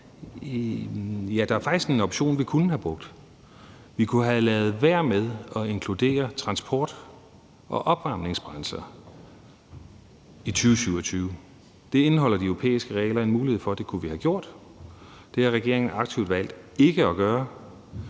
Ja, der er faktisk en option, vi kunne have brugt. Vi kunne have ladet være med at inkludere transport- og opvarmningsbrændsler i 2027. Det indeholder de europæiske regler en mulighed for at vi kunne have gjort. Det har regeringen aktivt valgt ikke at gøre.